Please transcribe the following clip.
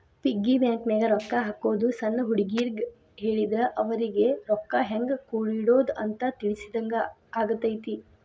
piggy ಬ್ಯಾಂಕನ್ಯಾಗ ರೊಕ್ಕಾ ಹಾಕೋದು ಸಣ್ಣ ಹುಡುಗರಿಗ್ ಹೇಳಿದ್ರ ಅವರಿಗಿ ರೊಕ್ಕಾ ಹೆಂಗ ಕೂಡಿಡೋದ್ ಅಂತ ತಿಳಿಸಿದಂಗ ಆಗತೈತಿ